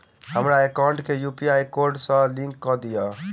हमरा एकाउंट केँ UPI code सअ लिंक कऽ दिऽ?